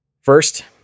First